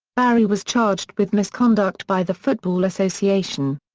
barry was charged with misconduct by the football association.